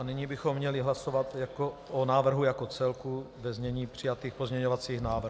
Nyní bychom měli hlasovat o návrhu jako celku ve znění přijatých pozměňovacích návrhů.